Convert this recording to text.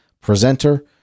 presenter